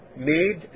made